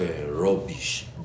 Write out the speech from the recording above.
rubbish